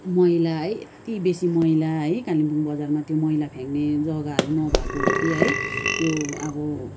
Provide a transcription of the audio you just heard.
मैला है यत्ति बेसी मैला है कालिम्पोङ बजारमा त्यो मैला फ्याँक्ने जग्गाहरू नभएको हो कि है त्यो अब